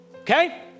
Okay